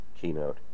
keynote